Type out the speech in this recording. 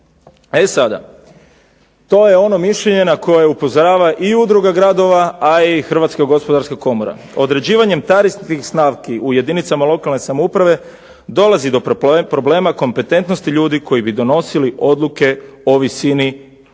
E sada to je ono mišljenje na koje upozorava i udruga gradova, a i Hrvatska gospodarska komora. Određivanjem tarifnih stavki u jedinicama lokalne samouprave, dolazi do problema kompetentnosti ljudi koji bi donosili odluke o visini tarifnih